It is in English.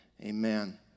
amen